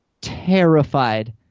terrified